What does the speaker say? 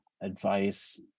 advice